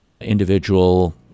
individual